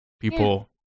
People